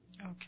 Okay